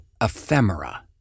ephemera